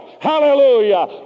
Hallelujah